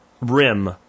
rim